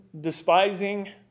Despising